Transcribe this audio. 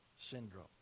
syndrome